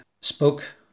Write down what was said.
spoke